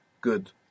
Good